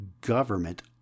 government